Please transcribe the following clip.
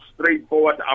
straightforward